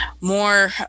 more